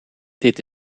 dit